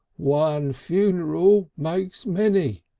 one funeral makes many.